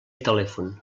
telèfon